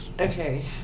Okay